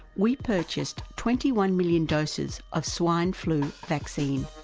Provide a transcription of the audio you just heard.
we purchased twenty one million doses of swine flu vaccine,